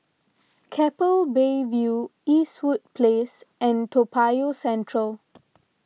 Keppel Bay View Eastwood Place and Toa Payoh Central